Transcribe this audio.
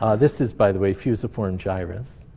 ah this is, by the way, fusiform gyrus